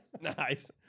Nice